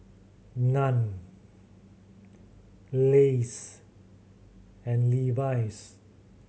Nan Lays and Levi's